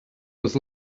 with